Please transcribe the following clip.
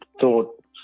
thought